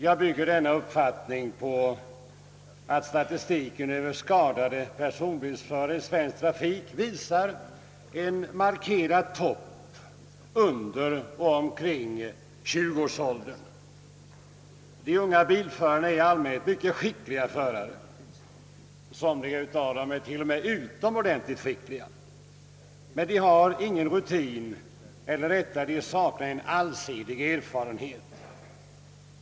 Jag bygger den uppfattningen på att statistiken över skadade personbilsförare i svensk trafik visar en markant topp under och omkring 20-årsåldern. De unga bilförarna är i allmänhet mycket skickliga — somliga av dem är t.o.m. utomordentligt skickliga — men de saknar erfarenhet.